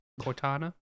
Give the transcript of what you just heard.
Cortana